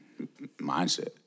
mindset